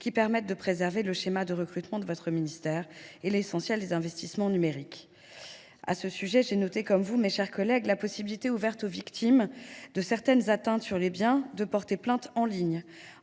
qui permettra de préserver le schéma de recrutement de votre ministère et l’essentiel de ses investissements numériques. À ce sujet, j’ai noté, comme vous, mes chers collègues, la possibilité ouverte aux victimes de certaines atteintes aux biens de porter plainte en ligne.